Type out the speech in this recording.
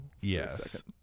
Yes